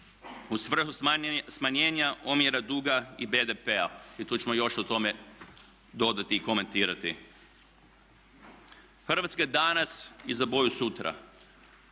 U svrhu smanjenja omjera duga i BDP-a i tu ćemo još o tome dodati i komentirati. Hrvatska danas i bolju sutra.